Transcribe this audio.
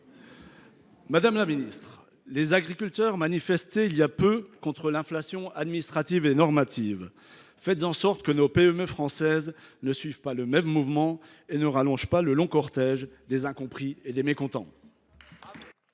pour la réplique. Les agriculteurs manifestaient il y a peu contre l’inflation administrative et normative. Faites en sorte que nos PME françaises ne suivent pas le même mouvement, rallongeant ainsi le long cortège des incompris et des mécontents,